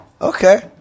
Okay